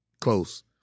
Close